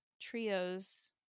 trios